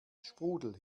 sprudel